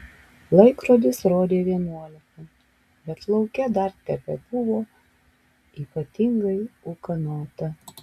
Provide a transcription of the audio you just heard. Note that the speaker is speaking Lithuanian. laikrodis rodė vienuolika bet lauke dar tebebuvo ypatingai ūkanota